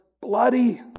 bloody